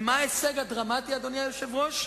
אדוני, דעתו היא דעה חשובה,